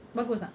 bagus tak